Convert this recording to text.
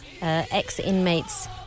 ex-inmates